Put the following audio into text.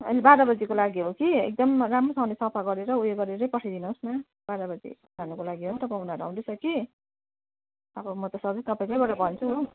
हैन बाह्र बजेको लागि हो कि एकदम राम्रोसँगले सफा गरेर ऊ यो गरेरै पठाइदिनुहोस् न बाह्र बजे खानुको लागि हो नि त पाहुनाहरू आउँदैछ कि अब म त सधैँ तपाईँकैबाट भन्छु हो